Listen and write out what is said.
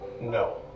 No